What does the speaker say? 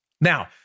Now